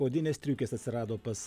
odinės striukės atsirado pas